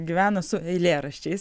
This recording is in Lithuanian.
gyvena su eilėraščiais